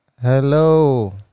Hello